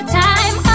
time